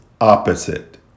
opposite